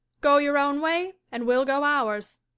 go your own way and we'll go ours.